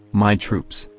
my troops,